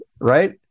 right